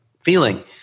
feeling